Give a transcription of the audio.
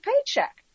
paycheck